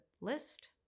list